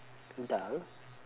dull